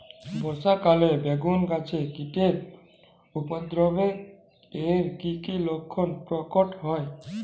বর্ষা কালে বেগুন গাছে কীটের উপদ্রবে এর কী কী লক্ষণ প্রকট হয়?